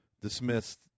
dismissed